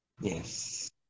Yes